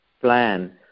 plan